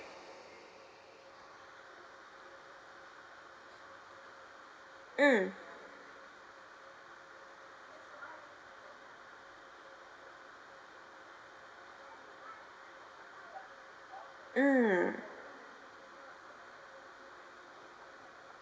mm mm